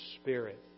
spirit